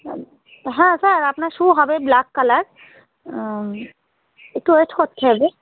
হ্যাঁ স্যার আপনার শ্যু হবে ব্ল্যাক কালার একটু ওয়েট করতে হবে